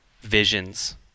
visions